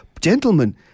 gentlemen